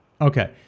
Okay